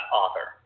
author